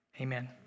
Amen